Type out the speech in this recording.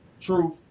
Truth